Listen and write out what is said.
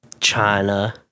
China